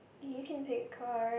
you can pick a card